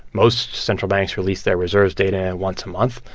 most central banks release their reserves data once a month.